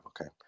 Okay